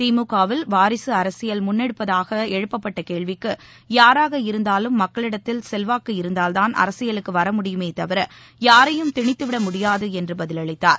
திமுக வில் வாரிசு அரசியல் முன்னெடுக்கப்படுவதாக எழுப்பப்பட்ட கேள்விக்கு யாராக இருந்தாலும் மக்களிடத்தில் செல்வாக்கு இருந்தால்தான் அரசியலுக்கு வர முடியுமே தவிர யாரையும் திணித்துவிட முடியாது என்று பதிலளித்தார்